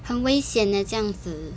很危险 eh 这样子